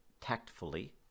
tactfully